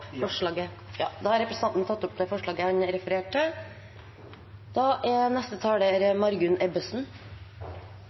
forslaget fra Arbeiderpartiet. Da har representanten Terje Aasland tatt opp forslaget han refererte til.